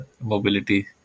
mobility